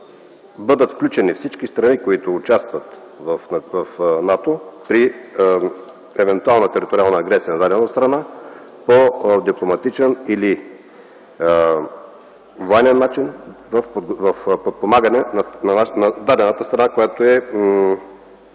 бъдат включени всички страни, които участват в НАТО при евентуална териториална агресия на дадена страна по дипломатичен или военен начин в подпомагане на дадената страна, която е